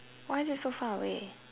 why is it so far away